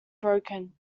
broken